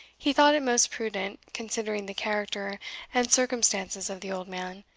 he thought it most prudent, considering the character and circumstances of the old man,